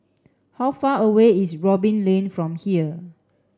how far away is Robin Lane from here